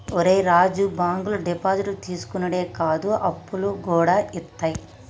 ఒరే రాజూ, బాంకులు డిపాజిట్లు తీసుకునుడే కాదు, అప్పులుగూడ ఇత్తయి